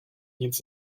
nic